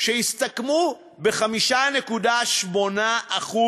שהסתכמו ב-5.8%.